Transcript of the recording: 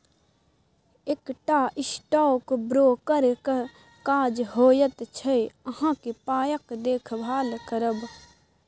एकटा स्टॉक ब्रोकरक काज होइत छै अहाँक पायक देखभाल करब